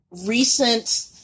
recent